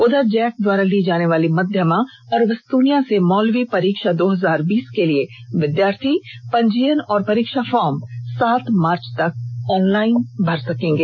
उधर जैक द्वारा ली जानेवाली मध्यमा और वस्तुनिया से मौलवी परीक्षा दो हजार बीस के लिए विद्यार्थी पंजीयन और परीक्षा फार्म सात मार्च तक ऑनलाइन भर सकेंगे